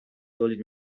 تولید